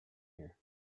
here